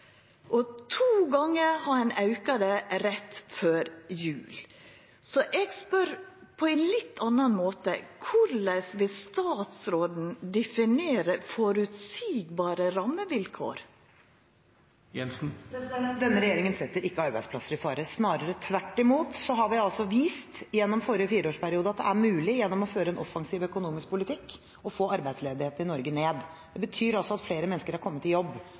To gangar har ein auka han rett føre jul. Så eg spør på ein litt annan måte: Korleis vil statsråden definera føreseielege rammevilkår? Presidenten vil minne representanten om at innlegg skal rettes via presidenten og ikke direkte til statsråden. Denne regjeringen setter ikke arbeidsplasser i fare, snarere tvert imot. Vi har vist gjennom forrige fireårsperiode at det er mulig, gjennom å føre en offensiv økonomisk politikk, å få arbeidsledigheten i Norge ned. Det betyr at flere mennesker har kommet i jobb,